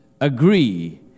agree